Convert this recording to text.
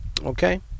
Okay